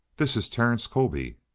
this is terence colby.